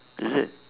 is it